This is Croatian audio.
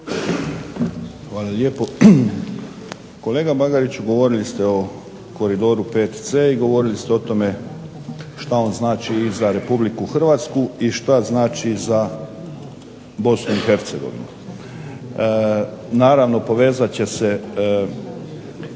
Hvala lijepo. Kolega Bagariću govorili ste o koridoru VC, i govorili ste o tome šta on znači i za Republiku Hrvatsku i šta znači za Bosnu i Hercegovinu. Naravno povezat će se